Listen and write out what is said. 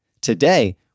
Today